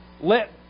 Let